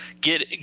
get